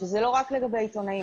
שזה לא רק לגבי עיתונאים.